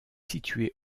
située